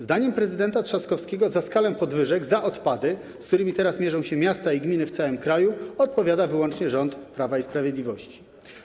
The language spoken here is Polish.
Zdaniem prezydenta Trzaskowskiego za skalę podwyżek za odpady, z którymi teraz mierzą się miasta i gminy w całym kraju, odpowiada wyłącznie rząd Prawa i Sprawiedliwości.